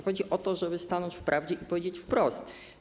Chodzi o to, żeby stanąć w prawdzie i powiedzieć wprost.